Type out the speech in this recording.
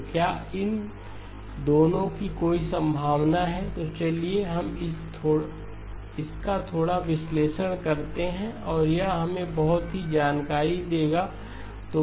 तो क्या इन दोनों की कोई संभावना है तो चलिए हम इसका थोड़ा विश्लेषण करते हैं और यह हमें बहुत जानकारी देगा